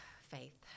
Faith